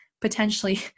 potentially